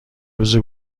روز